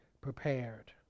prepared